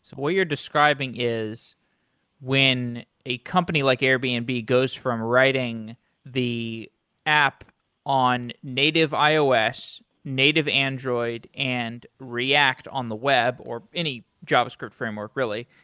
what you're describing is when a company like airbnb and goes from writing the app on native ios, native android, and react on the web or any javascript framework, really,